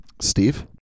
Steve